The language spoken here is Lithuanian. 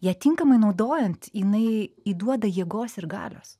ją tinkamai naudojant jinai įduoda jėgos ir galios